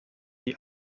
die